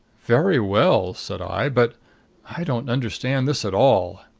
very well, said i. but i don't understand this at all.